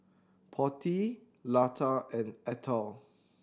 Potti Lata and Atal